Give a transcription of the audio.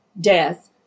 death